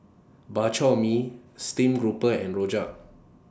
Bak Chor Mee Stream Grouper and Rojak